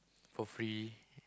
for free